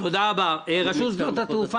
--- גם המחוז הצפוני,